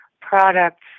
products